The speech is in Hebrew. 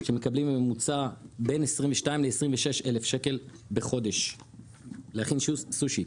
שמקבלים בממוצע בין 22,000 ל-26,000 שקל לחודש להכין סושי.